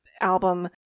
album